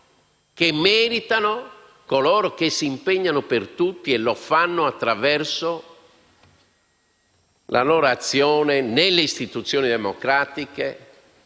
che meritano coloro che si impegnano per tutti e lo fanno attraverso la loro azione nelle istituzioni democratiche,